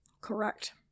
correct